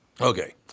Okay